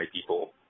people